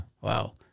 Wow